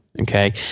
Okay